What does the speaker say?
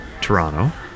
Toronto